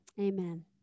amen